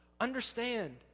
Understand